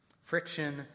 Friction